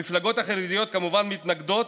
המפלגות החרדיות כמובן מתנגדות,